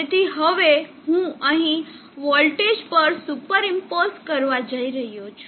તેથી હવે હું અહીં વોલ્ટેજ પર સુપર ઇમ્પોઝ કરવા જઈ રહ્યો છું